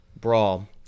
Brawl